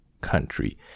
country